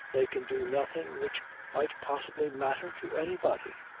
they can do nothing which might possibly matter to anybody.